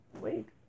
Wait